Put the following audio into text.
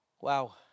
Wow